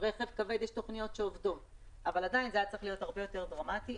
רכב כבד אבל עדיין זה היה צריך להיות הרבה יותר דרמטי.